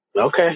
okay